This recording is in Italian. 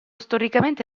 storicamente